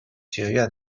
学院